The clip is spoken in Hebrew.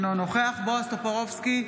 אינו נוכח בועז טופורובסקי,